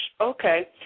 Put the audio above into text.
okay